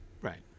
Right